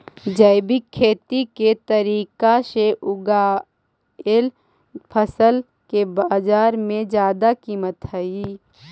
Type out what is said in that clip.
जैविक खेती के तरीका से उगाएल फसल के बाजार में जादा कीमत हई